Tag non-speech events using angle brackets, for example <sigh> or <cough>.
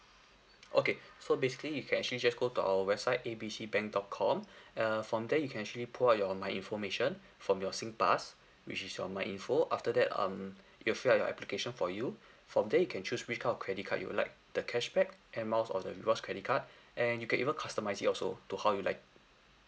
okay so basically you can actually just go to our website A B C bank dot com <breath> err from there you can actually pull out your my information from your singpass which is your my info after that um it'll fill up your application for you from there you can choose which type of credit card you'd like the cashback air miles or the rewards credit card and you can even customise it also to how you like